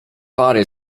pary